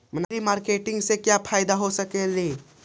मनरी मारकेटिग से क्या फायदा हो सकेली?